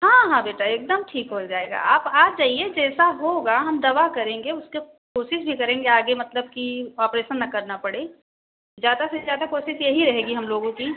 हाँ हाँ बेटा एकदम ठीक हो जाएगा आप आ जाइए जैसा होगा हम दवा करेंगे उसका कोशिश भी करेंगे आगे मतलब कि ऑपरेसन न करना पड़े ज़्यादा से ज़्यादा कोशिश यही रहेगी हम लोगों की